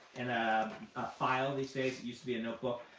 in ah a file these days, it used to be a notebook,